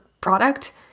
product